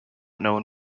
known